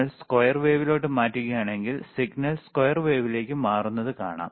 നമ്മൾ സ്ക്വയർ വേവിലോട്ട് മാറ്റുകയാണെങ്കിൽ സിഗ്നൽ സ്ക്വയർ വേവിലേക്ക് മാറുന്നത് കാണാം